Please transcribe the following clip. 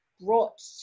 brought